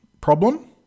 problem